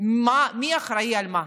מי אחראי על מה,